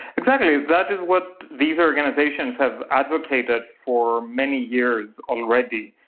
exactly, that is what these organisations have advocated for many years already.